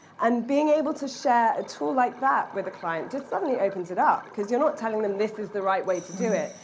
and being able to share a tool like that with a client just suddenly opens it up, because you're not telling them this is the right way to do it.